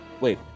Wait